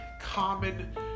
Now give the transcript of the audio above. common